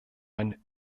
ein